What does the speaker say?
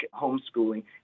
homeschooling